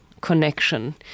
connection